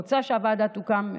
אני רוצה שהוועדה תוקם,